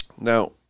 Now